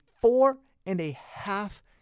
four-and-a-half